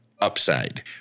upside